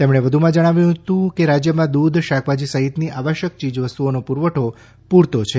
તેમણે વધુમાં જણાવ્યું હતું કે રાજયમાં દુધ શાકભાજી સહિતની આવશ્યક ચીજવસ્તુઓનો પુરવઠો પુરતો છે